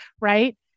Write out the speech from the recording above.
right